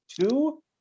two